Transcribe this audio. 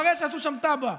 אחרי שעשו שם תב"ע,